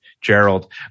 Gerald